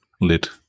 Lit